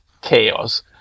chaos